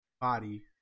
Body